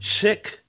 sick